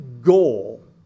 goal